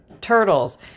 turtles